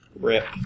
Rip